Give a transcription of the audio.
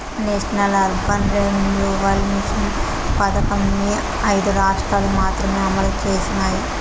national urban renewal mission పథకంని ఐదు రాష్ట్రాలు మాత్రమే అమలు చేసినాయి